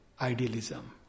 idealism